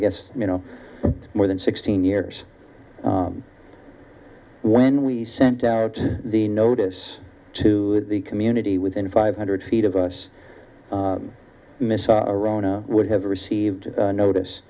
guess you know more than sixteen years when we sent out the notice to the community within five hundred feet of us miss rona would have received notice